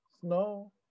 snow